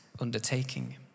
undertaking